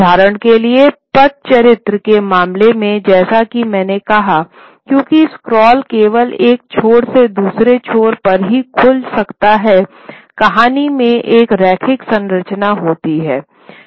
उदाहरण के लिए पटचित्र के मामले में जैसा कि मैंने कहा क्योंकि स्क्रॉल केवल एक छोर से दूसरे छोर पर ही खुल सकता है कहानी में एक रैखिक संरचना होनी चाहिए